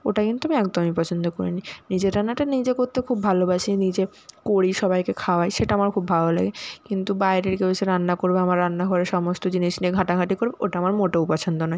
ওটা কিন্তু আমি একদমই পছন্দ করি না নিজের রান্নাটা নিজে করতে খুব ভালোবাসি নিজে করি সবাইকে খাওয়াই সেটা আমার খুব ভালো লাগে কিন্তু বাইরের কেউ এসে রান্না করবে আমার রান্নাঘরের সমস্ত জিনিস নিয়ে ঘাঁটাঘাঁটি করুক ওটা আমার মোটেও পছন্দ নয়